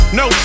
no